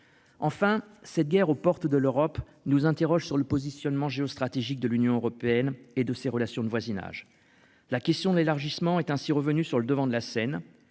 Enfin cette guerre aux portes de l'Europe nous interroge sur le positionnement géostratégique de l'Union européenne et de ses relations de voisinage. La question de l'élargissement est ainsi revenu sur le devant de la scène.